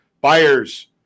Buyers